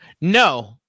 No